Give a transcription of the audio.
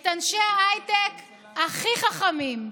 את אנשי ההייטק הכי חכמים,